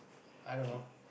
i don't know